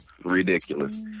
ridiculous